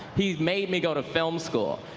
he made me go to film school.